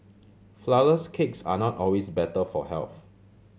flourless cakes are not always better for health